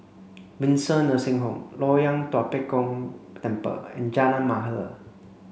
Windsor Nursing Home Loyang Tua Pek Kong Temple and Jalan Mahir